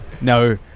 No